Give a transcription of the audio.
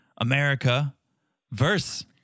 America-verse